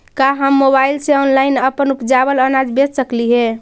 का हम मोबाईल से ऑनलाइन अपन उपजावल अनाज बेच सकली हे?